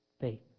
Faith